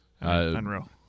unreal